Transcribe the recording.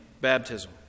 baptism